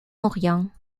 orient